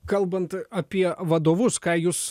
kalbant apie vadovus ką jūs